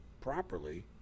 properly